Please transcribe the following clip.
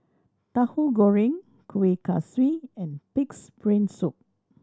Tauhu Goreng Kuih Kaswi and Pig's Brain Soup